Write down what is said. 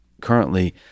currently